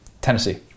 tennessee